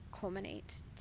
culminate